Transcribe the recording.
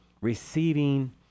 receiving